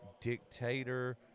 dictator